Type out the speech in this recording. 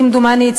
כמדומני,